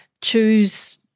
choose